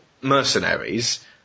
mercenaries